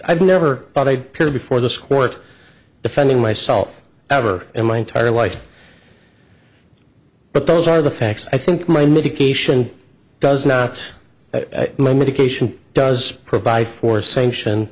i'd never thought i'd peer before this court defending myself ever in my entire life but those are the facts i think my medication does not my medication does provide for sanction